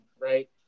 right